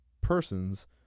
persons